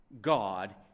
God